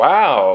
Wow